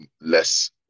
less